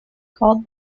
called